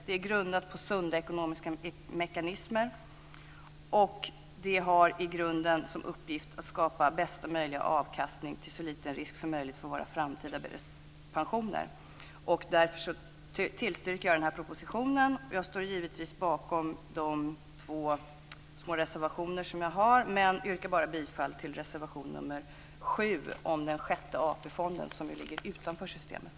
Det är grundat på sunda ekonomiska mekanismer, och det har i grunden som uppgift att skapa bästa möjliga avkastning till så liten risk som möjligt för våra framtida pensioner. Därför tillstyrker jag den här propositionen. Jag står givetvis bakom de två små reservationer jag har, men yrkar bara bifall till reservation 7 om Sjätte AP-fonden, som ju ligger utanför systemet.